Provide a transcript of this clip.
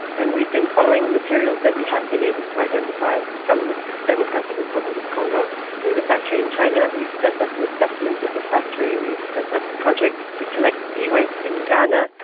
and we've been following the materials that we have been able to identify from the democratic republic of congo to the factory in china. we've set up an assessment at the factory, we've set up projects to collect e-waste in ghana,